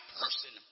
person